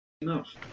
Enough